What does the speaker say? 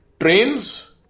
trains